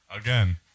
Again